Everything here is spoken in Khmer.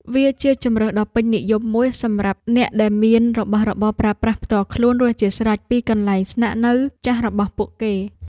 វាជាជម្រើសដ៏ពេញនិយមមួយសម្រាប់អ្នកដែលមានរបស់របរប្រើប្រាស់ផ្ទាល់ខ្លួនរួចជាស្រេចពីកន្លែងស្នាក់នៅចាស់របស់ពួកគេ។